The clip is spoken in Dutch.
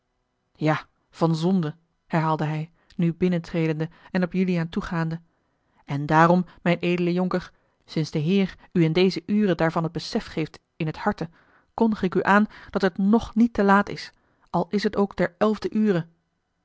ja van zonde herhaalde hij nu binnentredende en op juliaan toegaande en daarom mijn edele jonker sinds de heer u in deze uren daarvan het besef geeft in het harte kondig ik u aan dat het ng niet te laat is al is het ook ter elfder ure